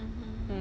mmhmm